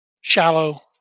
shallow